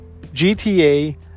GTA